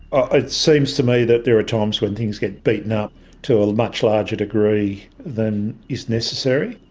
ah it seems to me that there are times when things get beaten up to a much larger degree than is necessary.